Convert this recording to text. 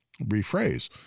rephrase